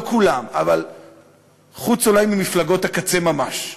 לא כולם, חוץ, אולי, ממפלגות הקצה ממש.